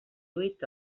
huit